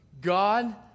God